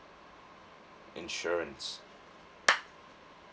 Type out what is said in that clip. insurance